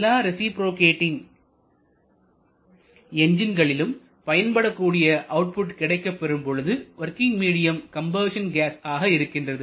எல்லா ரேசிப்ரோகேட்டிங் என்ஜின்களிளும் பயன்படக்கூடிய அவுட்புட் கிடைக்கப் பெறும் பொழுது வொர்க்கிங் மீடியம் கம்பஷன் கேஸ் ஆக இருக்கின்றது